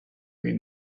been